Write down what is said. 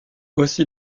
aussi